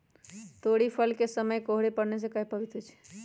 तोरी फुल के समय कोहर पड़ने से काहे पभवित होई छई?